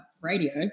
radio